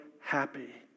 happy